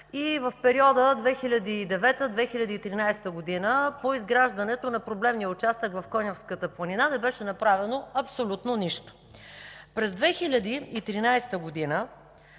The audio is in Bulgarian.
и в периода 2009 – 2013 г. по изграждането на проблемния участък в Конявската планина не беше направено абсолютно нищо. През 2013 г.